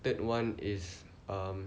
third one is um